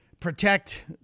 protect